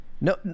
No